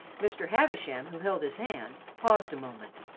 mr. havisham, who held his hand, paused a moment.